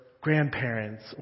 grandparents